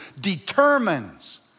determines